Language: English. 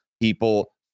people